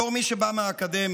בתור מי שבא מהאקדמיה,